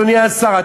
אדוני השר,